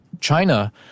China